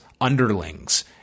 underlings